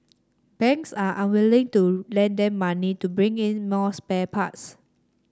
banks are unwilling to lend them money to bring in more spare parts